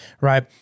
right